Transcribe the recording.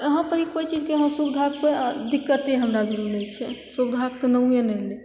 यहाँ पर कोइ चीजके यहाँ सुविधाके कोइ दिक्कते हमरा भीरू नहि छै सुविधाके तऽ नामे नहि लए